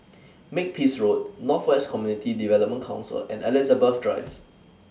Makepeace Road North West Community Development Council and Elizabeth Drive